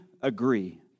agree